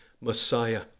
Messiah